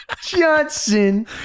Johnson